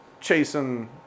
chasing